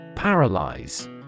Paralyze